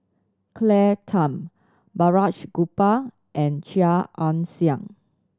Claire Tham Balraj Gopal and Chia Ann Siang